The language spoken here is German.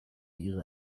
ihre